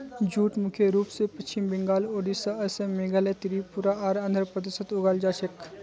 jute मुख्य रूप स पश्चिम बंगाल, ओडिशा, असम, मेघालय, त्रिपुरा आर आंध्र प्रदेशत उगाल जा छेक